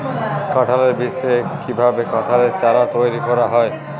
কাঁঠালের বীজ থেকে কীভাবে কাঁঠালের চারা তৈরি করা হয়?